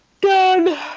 Done